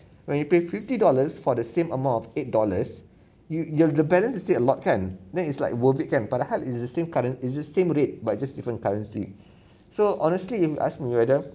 when you pay fifty dollars for the same amount of eight dollars you you have the balance is still a lot kan then it's like worth it kan padahal it's the same current it's the same rate but just different currency so honestly if you ask me whether